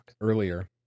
earlier